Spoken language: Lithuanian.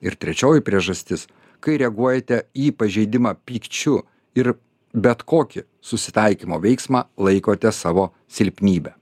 ir trečioji priežastis kai reaguojate į pažeidimą pykčiu ir bet kokį susitaikymo veiksmą laikote savo silpnybe